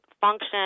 function